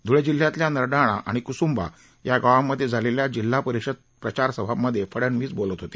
धुळे जिल्ह्यातल्या नरडाणा आणि कसंबा या गावांमध्ये झालेल्या जिल्हा परिषद प्रचार सभांमध्ये फडणवीस बोलत होते